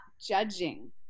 judging